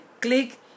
click